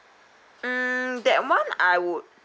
mm that one I would